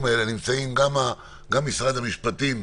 האלה נמצאים גם נציגי משרד המשפטים,